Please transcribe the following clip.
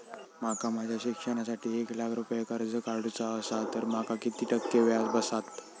माका माझ्या शिक्षणासाठी एक लाख रुपये कर्ज काढू चा असा तर माका किती टक्के व्याज बसात?